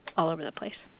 all over the place